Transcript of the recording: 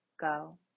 go